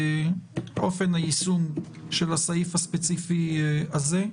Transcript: אופן היישום של הסעיף הספציפי הזה.